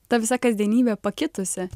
ta visa kasdienybė pakitusi